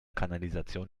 kanalisation